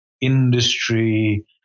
industry